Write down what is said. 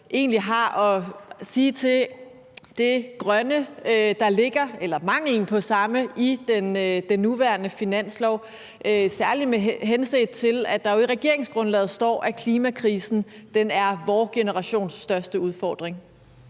egentlig har at sige i forhold til det grønne, der ligger i den nuværende finanslov – eller manglen på samme – særlig henset til at der jo i regeringsgrundlaget står, at klimakrisen er vor generations største udfordring.